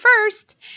first